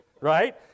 right